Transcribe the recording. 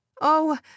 Oh